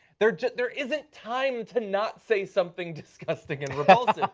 there there isn't time to not say something disgusting and repulsive.